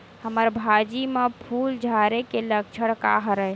हमर भाजी म फूल झारे के लक्षण का हरय?